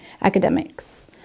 academics